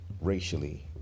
racially